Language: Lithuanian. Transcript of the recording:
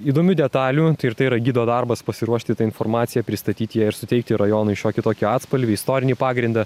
įdomių detalių ir tai yra gido darbas pasiruošti tą informaciją pristatyt ją ir suteikti rajonui šiokį tokį atspalvį istorinį pagrindą